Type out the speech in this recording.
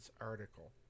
article